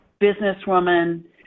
businesswoman